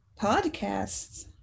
Podcasts